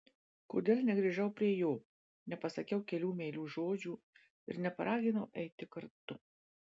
kodėl negrįžau prie jo nepasakiau kelių meilių žodžių ir neparaginau eiti kartu